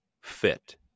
fit